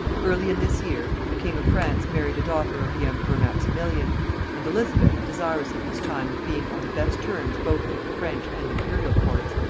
early in this year the king of france married a daughter of the emperor maximilian and elizabeth, desirous at this time of being on the best terms both with the french and imperial courts,